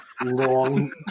long